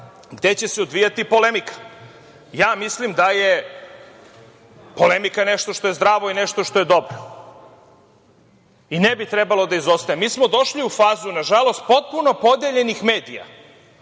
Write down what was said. gde se odvijati polemika. Mislim da je polemika nešto što je zdravo i nešto što je dobro i ne bi trebalo da izostaje. Mi smo došli u fazu nažalost potpuno podeljenih medija